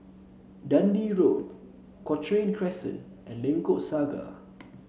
Dundee Road Cochrane Crescent and Lengkok Saga